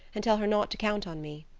and tell her not to count on me.